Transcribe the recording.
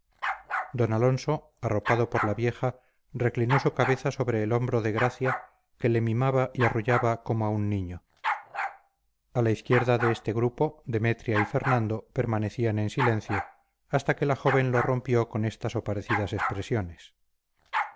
d alonso arropado por la vieja reclinó su cabeza sobre el hombro de gracia que le mimaba y arrullaba como a un niño a la izquierda de este grupo demetria y fernando permanecían en silencio hasta que la joven lo rompió con estas o parecidas expresiones